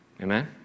Amen